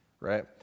right